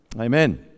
amen